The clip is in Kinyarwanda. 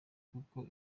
kuko